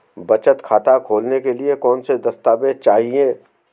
बचत खाता खोलने के लिए कौनसे दस्तावेज़ चाहिए?